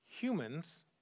humans